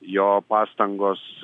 jo pastangos